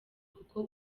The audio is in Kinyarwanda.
kuko